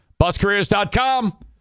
buscareers.com